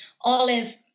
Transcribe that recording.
Olive